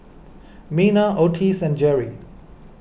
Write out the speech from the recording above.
Mena Ottis and Jeri